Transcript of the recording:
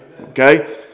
Okay